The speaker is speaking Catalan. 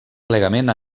plegament